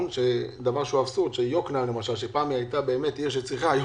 דבר שהוא אבסורד כי יקנעם שהייתה פעם עיר שזקוקה לעזרה היא